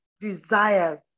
desires